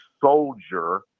soldier